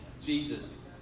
Jesus